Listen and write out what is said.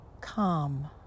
Calm